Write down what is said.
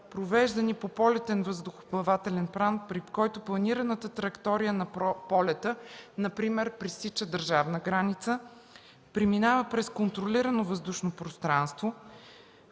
провеждани по полетен въздухоплавателен план, при който планираната траектория на полета например пресича държавна граница, преминава през контролирано въздушно пространство,